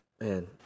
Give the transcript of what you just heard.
man